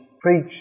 preach